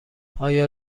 آیا